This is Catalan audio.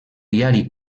diari